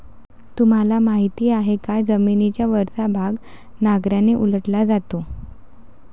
तुम्हाला माहीत आहे का की जमिनीचा वरचा भाग नांगराने उलटला जातो?